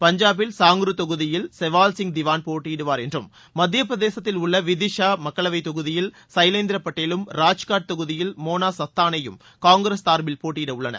பஞ்சாபில் தொகுதியில் செவால்சிங் திவான் போட்டியிடுவார் சாங்ரு என்றும் மத்தியப்பிரதேசத்தில் உள்ள விதிஷா மக்களவை தொகுதியில் சைலேந்திர பட்டேலும் ராஜ்காட் தொகுதியில் மோனா சஸ்தானேயும் காங்கிரஸ் சார்பில் போட்டியிடவுள்ளனர்